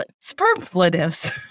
superlatives